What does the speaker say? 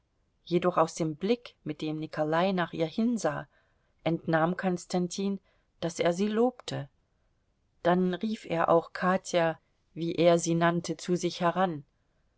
jedoch aus dem blick mit dem nikolai nach ihr hinsah entnahm konstantin daß er sie lobte dann rief er auch katja wie er sie nannte zu sich heran